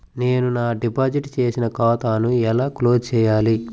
నేను నా డిపాజిట్ చేసిన ఖాతాను ఎలా క్లోజ్ చేయాలి?